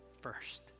first